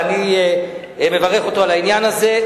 ואני מברך אותו על העניין הזה.